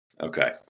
Okay